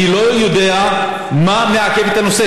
אני לא יודע מה מעכב את הנושא?